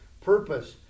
purpose